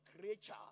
creature